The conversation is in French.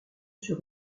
sur